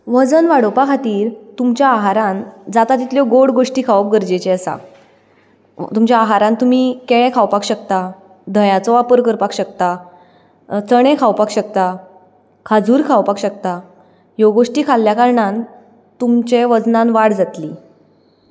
वजन वाडोवपा खातीर तुमच्या आहारांत जाता तितल्यो गोड गोष्टी खावप गरजेचें आसा तुमच्या आहारांत तुमी केळें खावपाक शकता धंयांचो वापर करपाक शकता चणे खावपाक शकता खाजूर खावपाक शकता ह्यो गोष्टी खाल्ल्या कारणान तुमचे वजनान वाड जातली